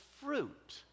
fruit